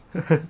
呵呵